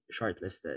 shortlisted